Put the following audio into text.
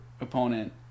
opponent